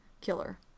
killer